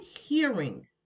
hearing